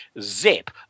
zip